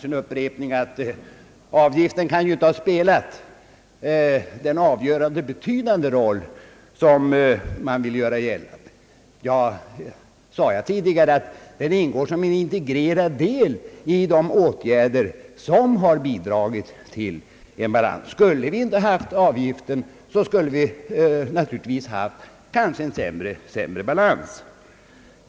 Herr Tistad säger att avgiften inte kan ha spelat den avgörande roll som man vill göra gällande. Jag sade tidigare att den ingår som en integrerande del i de åtgärder, som har bidragit till en balans. Om vi inte hade haft avgiften, skulle vi naturligtvis ha haft en sämre balans.